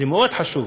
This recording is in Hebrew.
זה מאוד חשוב.